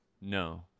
No